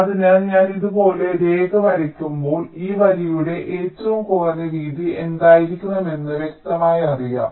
അതിനാൽ ഞാൻ ഇതുപോലൊരു രേഖ വരയ്ക്കുമ്പോൾ ഈ വരിയുടെ ഏറ്റവും കുറഞ്ഞ വീതി എന്തായിരിക്കണമെന്ന് വ്യക്തമായി അറിയാം